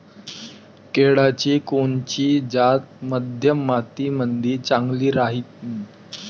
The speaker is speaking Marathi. केळाची कोनची जात मध्यम मातीमंदी चांगली राहिन?